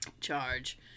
Charge